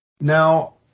now